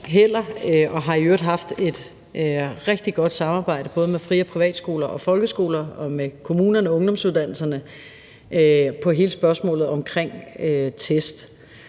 og har i øvrigt haft et rigtig godt samarbejde med både fri- og privatskoler og folkeskoler og med kommunerne og ungdomsuddannelserne i hele spørgsmålet omkring test.